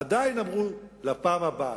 עדיין אמרו לפעם הבאה,